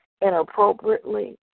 inappropriately